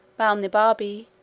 balnibarbi,